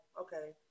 okay